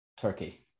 turkey